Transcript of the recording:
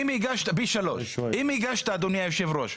אדוני היושב-ראש,